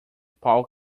paul